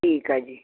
ਠੀਕ ਐ ਜੀ